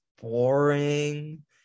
boring